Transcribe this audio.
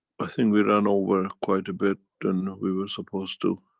i think we ran over quite a bit, and we were supposed to.